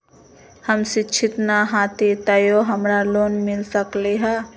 हम शिक्षित न हाति तयो हमरा लोन मिल सकलई ह?